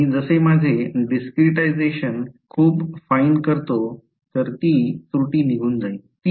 मी जसे माझे डिस्क्रिटायझेशन खूप फाईन करतो तर ती त्रुटी निघून जाईल